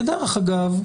כדרך אגב,